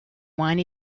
want